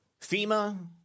FEMA